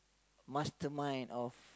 mastermind of